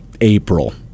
April